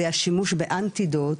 זה השימוש באנטי-דוט,